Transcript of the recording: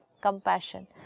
compassion